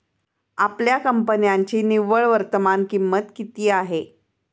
आपल्या कंपन्यांची निव्वळ वर्तमान किंमत किती आहे?